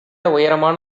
உயரமான